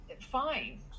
fine